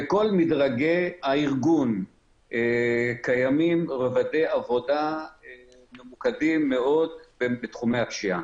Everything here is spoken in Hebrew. בכל מדרגי הארגון קיימים רבדי עבודה ממוקדים מאוד בתחומי הפשיעה.